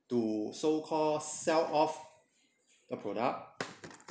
to so call sell of a product